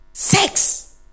Sex